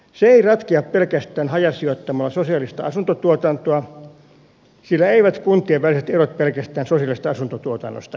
se ei ratkea pelkästään hajasijoittamalla sosiaalista asuntotuotantoa sillä eivät kuntien väliset erot pelkästään sosiaalisesta asuntotuotannosta johdu